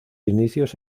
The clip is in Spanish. inicios